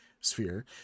sphere